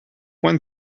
one